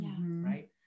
right